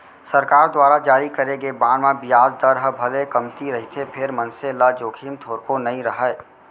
सरकार दुवार जारी करे गे बांड म बियाज दर ह भले कमती रहिथे फेर मनसे ल जोखिम थोरको नइ राहय